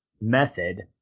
method